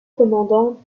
commandants